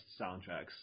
soundtracks